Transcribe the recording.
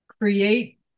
create